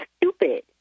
stupid